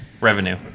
revenue